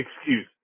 excuse